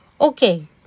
Okay